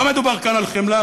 לא מדובר כאן על חמלה,